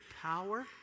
power